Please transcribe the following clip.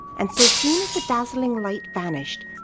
and so soon as the dazzling light vanished,